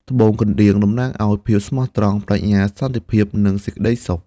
ត្បូងកណ្ដៀង តំណាងឱ្យ ភាពស្មោះត្រង់ ប្រាជ្ញា សន្តិភាព និងសេចក្ដីសុខ។